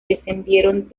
descendieron